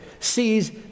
sees